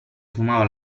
fumava